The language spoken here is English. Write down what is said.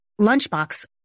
lunchbox